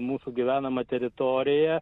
mūsų gyvenama teritorija